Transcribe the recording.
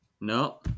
No